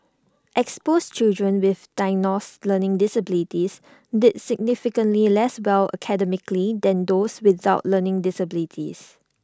exposed children with diagnosed learning disabilities did significantly less well academically than those without learning disabilities